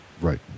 Right